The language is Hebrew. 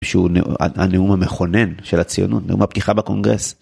שהוא הנאום המכונן של הציונות, נאום הפתיחה בקונגרס.